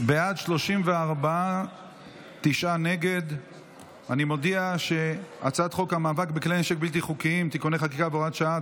את הצעת חוק המאבק בכלי הנשק הבלתי-חוקיים (תיקוני חקיקה) (הוראת שעה),